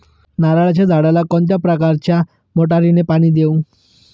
नारळाच्या झाडाला कोणत्या प्रकारच्या मोटारीने पाणी देऊ?